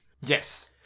Yes